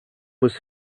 was